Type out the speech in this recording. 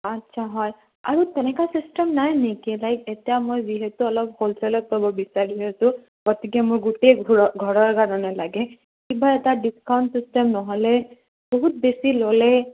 আচ্ছা হয় আৰু তেনেকুৱা চিষ্টেম নাই নেকি লাইক এতিয়া মই যিহেতু অলপ হ'লচেলত ল'ব বিচাৰি আছোঁ গতিকে মোৰ গোটেই ঘ ঘৰৰ কাৰণে লাগে কিবা এটা ডিছকাউণ্ট চিষ্টেম নহ'লে বহুত বেছি ল'লে